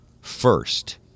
First